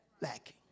lacking